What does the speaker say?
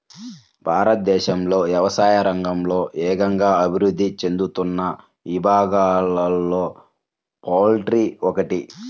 భారతదేశంలో వ్యవసాయ రంగంలో వేగంగా అభివృద్ధి చెందుతున్న విభాగాలలో పౌల్ట్రీ ఒకటి